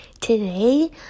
today